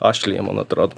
ašlija man atrodo